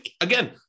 again